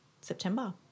September